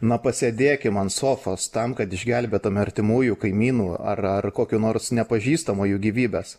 na pasėdėkim ant sofos tam kad išgelbėtume artimųjų kaimynų ar ar kokių nors nepažįstamųjų gyvybes